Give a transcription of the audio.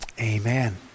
Amen